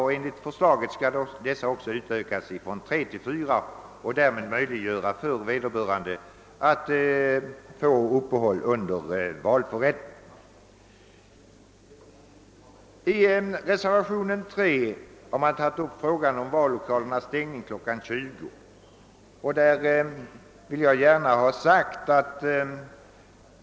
Enligt det framlagda förslaget skall deras antal också utökas från tre till fyra, vilket möjliggör för vederbörande att få ett uppehåll i valförrättningen. I reservationen 3 har man tagit upp frågan om stängande av vallokalerna kl. 20.